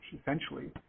essentially